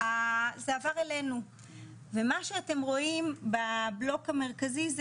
זה עבר אלינו ומה שאתם רואים בבלוק המרכזי זה